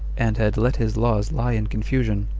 and had let his laws lie in confusion.